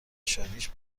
شادیش